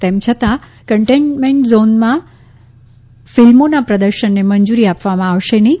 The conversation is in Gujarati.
તેમ છતાં કન્ટેન્ટ ઝોનમાં ફિલ્મોના પ્રદર્શનને મંજૂરી આપવામાં આવશે નહીં